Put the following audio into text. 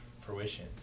fruition